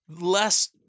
less –